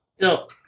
no